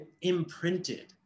imprinted